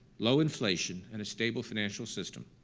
low inflation, and a stable financial system,